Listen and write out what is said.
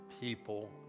people